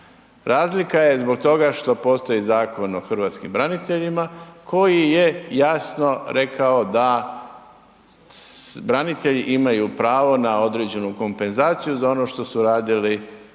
Razlika je zbog toga što postoji Zakon o hrvatskim braniteljima koji je jasno rekao da branitelji imaju pravo na određenu kompenzaciju za ono što su radili, što